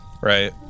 Right